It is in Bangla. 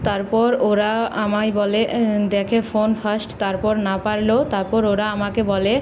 তারপর ওরা আমায় বলে দেখে ফোন ফার্স্ট তারপর না পারলেও তারপর ওরা আমাকে বলে